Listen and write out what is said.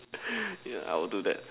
yeah I will do that